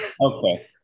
Okay